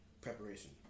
preparation